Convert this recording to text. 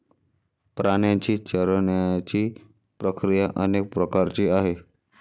प्राण्यांची चरण्याची प्रक्रिया अनेक प्रकारची आहे